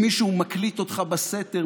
אם מישהו מקליט אותך בסתר,